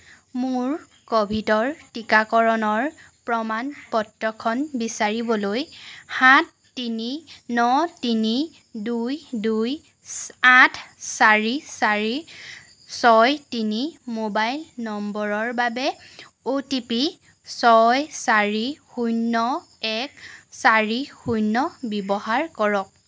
মোৰ ক'ভিডৰ টীকাকৰণৰ প্ৰমাণ পত্ৰখন বিচাৰিবলৈ সাত তিনি ন তিনি দুই দুই আঠ চাৰি চাৰি ছয় তিনি মোবাইল নম্বৰৰ বাবে অ'টিপি ছয় চাৰি শূন্য এক চাৰি শূন্য ব্যৱহাৰ কৰক